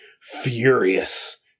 furious